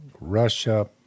Russia